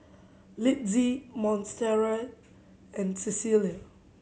Litzy Montserrat and Cecelia